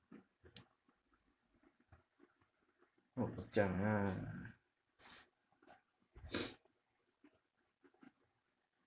not bak chang ah